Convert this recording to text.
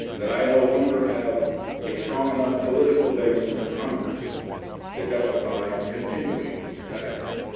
that i no longer have a strong enough political base in the congress to justify continuing that effort.